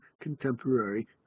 contemporary